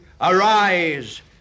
Arise